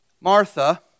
Martha